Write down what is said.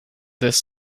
this